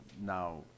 now